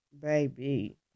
baby